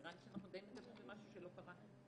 נראה לי שכרגע אנחנו מדברים במשהו שלא קרה.